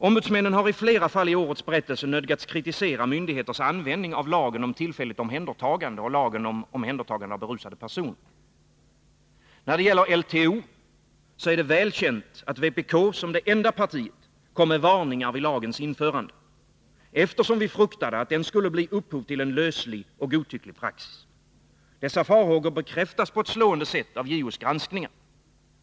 Ombudsmännen har i flera fall nödgats kritisera myndigheters användning av lagen om tillfälligt omhändertagande och lagen om omhändertagande av berusade personer. När det gällde LTO är det väl känt att vpk som enda parti kom med varningar vid lagens införande, eftersom vi fruktade att den skulle bli upphov till en löslig och godtycklig praxis. Dessa farhågor bekräftades på ett slående sätt av JO:s granskningar.